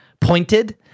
pointed